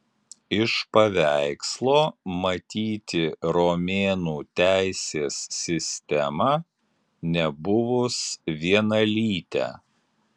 iš paveikslo matyti romėnų teisės sistemą nebuvus vienalytę